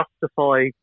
justify